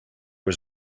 was